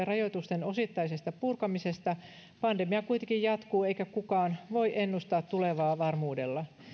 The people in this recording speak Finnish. rajoitusten osittaisesta purkamisesta pandemia kuitenkin jatkuu eikä kukaan voi ennustaa tulevaa varmuudella